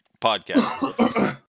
podcast